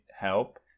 help